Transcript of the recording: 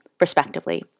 respectively